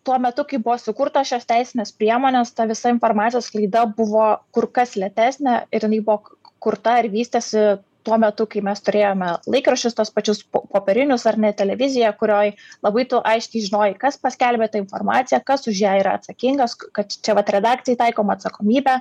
tuo metu kai buvo sukurtos šios teisinės priemonės ta visa informacijos sklaida buvo kur kas lėtesnė ir jinai buvo kurta ir vystėsi tuo metu kai mes turėjome laikraščius tuos pačius po popierinius ar net televiziją kurioj labai tu aiškiai žinojai kas paskelbė tą informaciją kas už ją yra atsakingas kad čia pat redakcijai taikoma atsakomybė